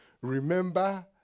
remember